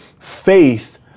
faith